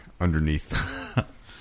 underneath